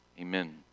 Amen